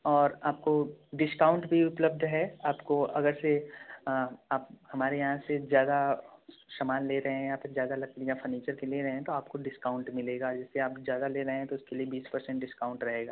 और आपको डिस्काउंट भी उपलब्ध है आपको अगर से आप हमारे यहाँ से ज़्यादा सामान ले रहे हैं या फ़िर ज़्यादा लकड़ियाँ फर्नीचर की ले रहे हैं तो आपको डिस्काउंट मिलेगा जैसे आप ज़्यादा ले रहे हैं तो उसके लिए बीस पर सेंट डिस्काउंट रहेगा